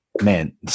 Man